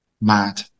Mad